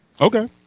Okay